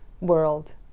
world